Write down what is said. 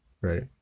right